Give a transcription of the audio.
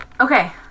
okay